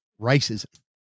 racism